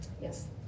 Yes